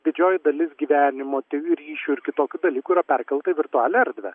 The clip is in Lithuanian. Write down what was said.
didžioji dalis gyvenimo tai ryšių ir kitokių dalykų yra perkelta į virtualią erdvę